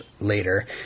later